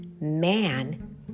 man